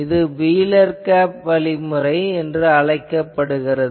இது வீலர் கேப் வழிமுறை என அழைக்கப்படுகிறது